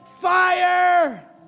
fire